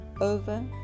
over